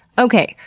okay.